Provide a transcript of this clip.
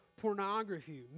pornography